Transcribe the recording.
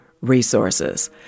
resources